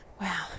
wow